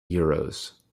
euros